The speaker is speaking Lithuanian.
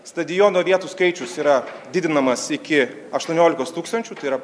stadiono vietų skaičius yra didinamas iki aštuoniolikos tūkstančių tai yra